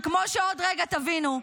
כמו שבעוד רגע תבינו,